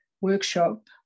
workshop